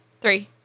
Three